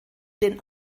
den